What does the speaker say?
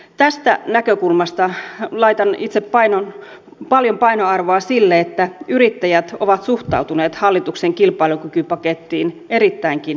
tästä näkökulmasta laitan itse paljon painoarvoa sille että yrittäjät ovat suhtautuneet hallituksen kilpailukykypakettiin erittäinkin myönteisesti